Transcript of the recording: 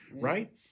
right